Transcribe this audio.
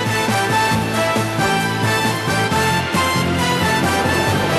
שני חברי כנסת, גם חבר הכנסת אזולאי.